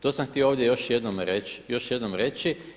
To sam htio ovdje još jednom reći.